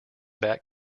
bat